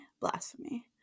blasphemy